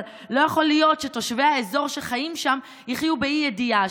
אבל לא יכול להות שתושבי האזור שחיים שם יחיו באי-ידיעה.